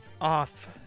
off